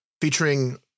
featuring